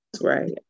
Right